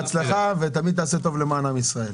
בהצלחה ותמיד תעשה טוב למען עם ישראל.